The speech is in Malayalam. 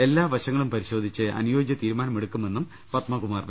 എല്ലാവശങ്ങളും പരിശോധിച്ച് അനുയോ ജ്യമായ തീരുമാനമെടുക്കുമെന്നും പത്മകുമാർ പറഞ്ഞു